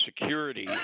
security